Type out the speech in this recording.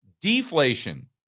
deflation